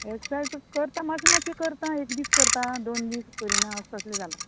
exercise करता मातशें मातशें करता एक दीस करता दोन दीस करिना अशें तसलें जालां